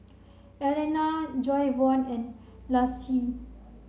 Allena Jayvon and Laci